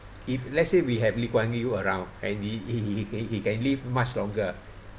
if let's say we have lee kuan yew around and he he he he he can live much longer